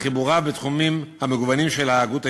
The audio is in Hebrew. וחיבורים בתחומים המגוונים של ההגות היהודית.